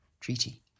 Treaty